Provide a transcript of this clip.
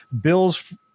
bills